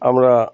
আমরা